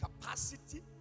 capacity